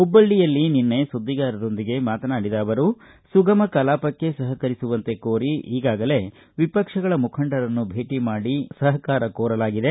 ಹುಬ್ಲಳ್ಳಯಲ್ಲಿ ನಿನ್ನೆ ಸುದ್ವಿಗಾರರೊಂದಿಗೆ ಮಾತನಾಡಿದ ಅವರು ಸುಗಮ ಕಲಾಪಕ್ಕೆ ಸಹಕರಿಸುವಂತೆ ಕೋರಿ ಈಗಾಗಲೇ ವಿಪಕ್ಷಗಳ ಮುಖಂಡರನ್ನು ಭೇಟಿ ಮಾಡಿ ಕೋರಲಾಗಿದೆ